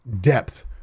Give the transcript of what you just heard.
depth